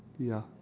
ya